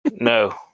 No